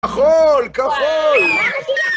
כחול! כחול!